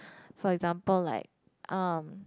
for example like um